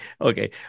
Okay